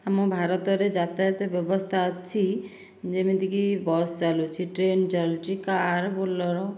ଆମ ଭାରତରେ ଯାତାୟତ ବ୍ୟବସ୍ଥା ଅଛି ଯେମିତିକି ବସ ଚାଲୁଛି ଟ୍ରେନ ଚାଲୁଛି କାର ବୋଲେରୋ